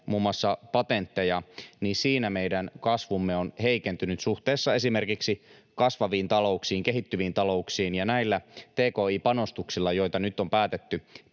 muun muassa patentteja, niin siinä meidän kasvumme on heikentynyt suhteessa esimerkiksi kasvaviin talouksiin, kehittyviin talouksiin. Näillä tki-panostuksilla, joita nyt on päätetty